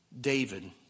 David